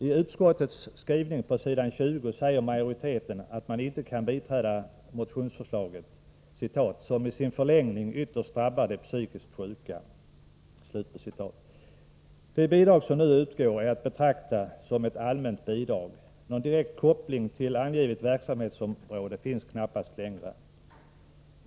I utskottets skrivning på s. 20 säger majoriteten att man inte kan biträda motionsförslaget, ”som i sin förlängning ytterst drabbar de psykiskt sjuka”. Det bidrag som nu utgår är att betrakta som ett allmänt bidrag. Någon direkt koppling till angivet verksamhetsområde finns knappast längre.